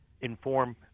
inform